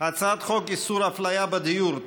הצעת חוק איסור הפליה בדיור,